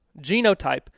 genotype